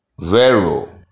Vero